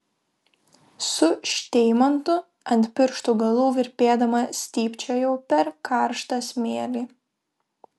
su šteimantu ant pirštų galų virpėdama stypčiojau per karštą smėlį